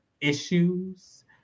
issues